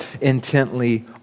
intently